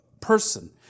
person